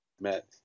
met